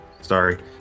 Sorry